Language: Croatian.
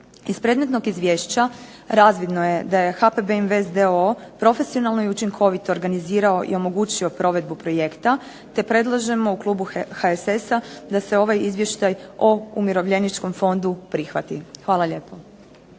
Iz predmetnog izvješća razvidno je da je HPB Invest d.o.o. profesionalno i učinkovito organizirao i omogućio provedbu projekta te predlažemo u klubu HSS-a da se ovaj Izvještaj o Umirovljeničkom fondu prihvati. Hvala lijepo.